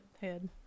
head